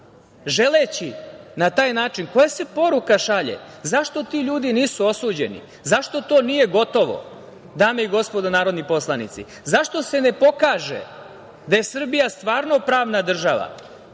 platu? Koja se poruka šalje? Zašto ti ljudi nisu osuđeni? Zašto to nije gotovo? Dame i gospodo narodni poslanici, zašto se ne pokaže da je Srbija stvarno pravna država,